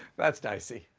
that's dicey.